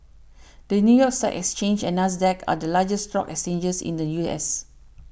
the New York Stock Exchange and NASDAQ are the largest stock exchanges in the U S